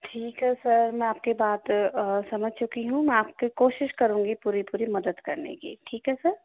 ठीक है सर मैं आपके बात समझ चुकी हूँ मैं आपकी कोशिश करूंगी पूरी पूरी मदद करने की ठीक है सर